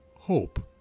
hope